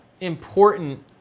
important